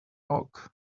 rock